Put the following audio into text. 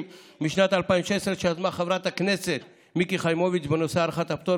משנת 2016 שיזמה חברת הכנסת מיקי חיימוביץ' בנושא הארכת הפטור